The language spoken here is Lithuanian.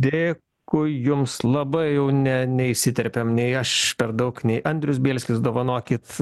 dėkui jums labai jau ne neįsiterpėm nei aš per daug nei andrius bielskis dovanokit